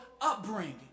upbringing